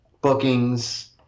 bookings